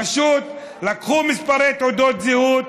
פשוט לקחו מספרי תעודות זהות,